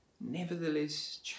nevertheless